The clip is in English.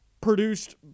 produced